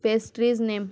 pastries نیم